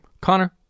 Connor